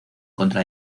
contra